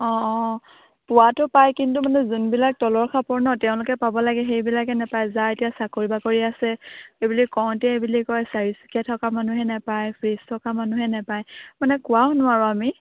অঁ অঁ পোৱাতো পায় কিন্তু মানে যোনবিলাক তলৰ খাপৰ ন তেওঁলোকে পাব লাগে সেইবিলাকে নাপায় যাৰ এতিয়া চাকৰি বাকৰি আছে এই বুলি কওঁতে বুলি কয় চাৰিচকীয়া থকা মানুহে নাপায় ফ্ৰিজ থকা মানুহে নাপায় মানে কোৱাও নোৱাৰো আমি